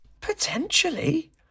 potentially